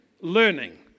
learning